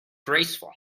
graceful